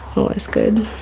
always good.